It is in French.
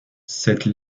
cette